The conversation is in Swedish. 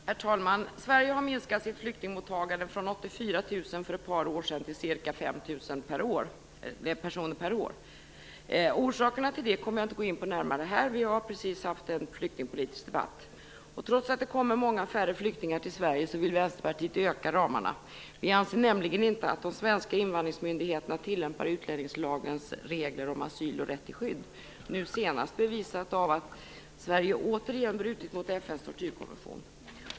Herr talman! Sverige har minskat sitt flyktingmottagande från 84 000 personer för ett par år sedan till ca 5 000 per år. Orsakerna till det kommer jag inte att gå in på närmare här - vi har nyligen haft en flyktingpolitisk debatt. Trots att det kommer många färre flyktingar till Sverige vill Vänsterpartiet faktiskt öka ramarna. Vi anser nämligen inte att de svenska invandringsmyndigheterna tillämpar utlänningslagens regler om asyl och rätt till skydd, nu senast bevisat av att Sverige återigen brutit mot FN:s tortyrkonvention.